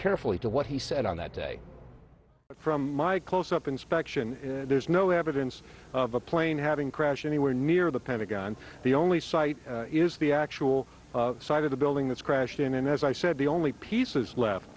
carefully to what he said on that day from my close up inspection there's no evidence of a plane having crashed anywhere near the pentagon the only site is the actual site of the building that's crashed in and as i said the only pieces